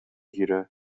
گیره